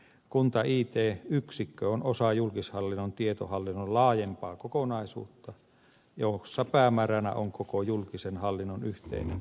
kunta it yksikkö on osa julkishallinnon tietohallinnon laajempaa kokonaisuutta jossa päämääränä on koko julkisen hallinnon yhteinen tietohallintotoimi